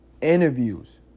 interviews